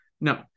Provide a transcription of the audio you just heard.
No